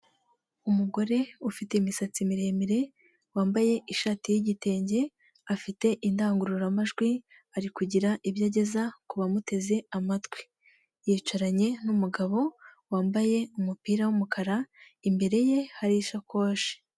Umugore ufite imisatsi miremire, wambaye ishati y'igitenge afite indangururamajwi ari kugira ibyo ageza ku bamuteze amatwi, yicaranye n'umugabo wambaye umupira w'umukara imbere ye hari ishakoshi.